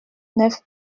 neuf